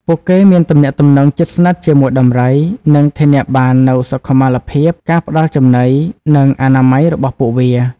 ពួកគេមានទំនាក់ទំនងជិតស្និទ្ធជាមួយដំរី និងធានាបាននូវសុខុមាលភាព ការផ្តល់ចំណី និងអនាម័យរបស់ពួកវា។